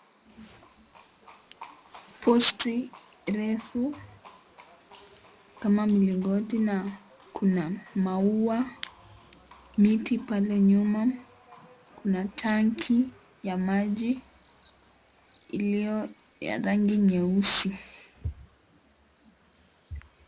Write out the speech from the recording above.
Posti refu kama mlingoti na kuna maua, miti pale nyuma, kuna tanki ya maji iliyo ya rangi nyeusi.